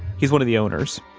he's one of the owners.